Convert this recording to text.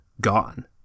gone